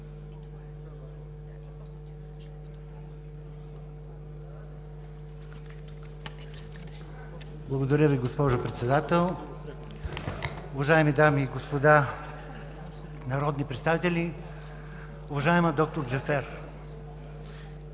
Благодаря Ви, госпожо Председател. Уважаеми дами и господа народни представители, уважаема д-р Джафер!